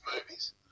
movies